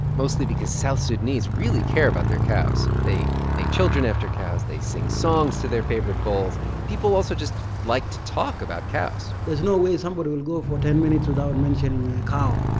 mostly because south sudanese really care about their cows. they name children after cows. they sing songs to their favorite bulls. people also just like to talk about cows there's no way somebody would go for ten minutes without mentioning a cow